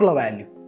value